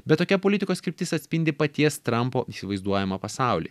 bet tokia politikos kryptis atspindi paties trampo įsivaizduojamą pasaulį